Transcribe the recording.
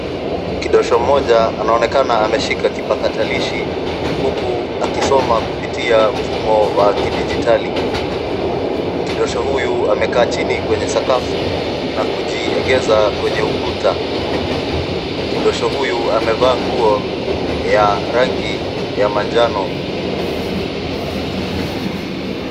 Kidosho mmoja anaonekana ameshika kipakatalishi huku akisoma kupitia mfumo wa kidijitali. Kidosho huyu amekaa chini kwenye sakafu na kujiegeza kwenye ukuta, kidosho huyu amevaa nguo ya rangi ya majano.